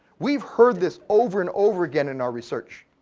we've heard this over and over again in our research,